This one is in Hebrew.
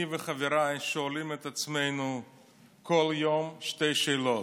אני וחבריי שואלים את עצמנו כל יום שתי שאלות: